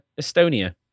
Estonia